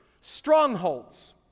Strongholds